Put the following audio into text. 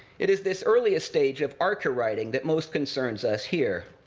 it is this earliest stage of arche-writing that most concerns us here.